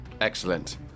Excellent